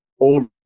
over